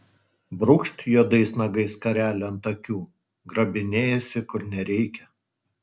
brūkšt juodais nagais skarelę ant akių grabinėjasi kur nereikia